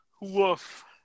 Woof